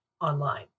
online